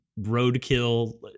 roadkill